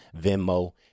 venmo